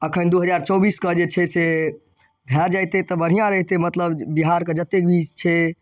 एखन दू हजार चौबीसके जे छै से भए जयतै तऽ बढ़िआँ रहितै मतलब बिहारके जतेक भी छै